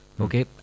okay